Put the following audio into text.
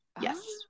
Yes